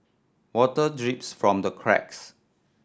water drips from the cracks